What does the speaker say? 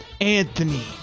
Anthony